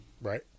right